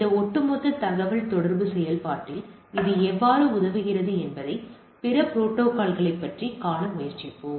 இந்த ஒட்டுமொத்த தகவல்தொடர்பு செயல்பாட்டில் இது எவ்வாறு உதவுகிறது என்பதை பிற புரோட்டோகால்களைக் காண முயற்சிப்போம்